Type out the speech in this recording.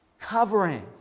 covering